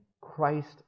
Christ